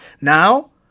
Now